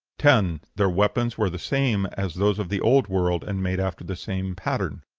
ten. their weapons were the same as those of the old world, and made after the same pattern.